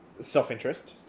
self-interest